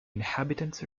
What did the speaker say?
inhabitants